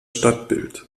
stadtbild